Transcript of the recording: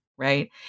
right